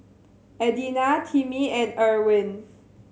Adina Timmie and Irwin